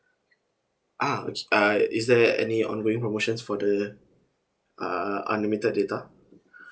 ah okay uh is there any ongoing promotions for the uh unlimited data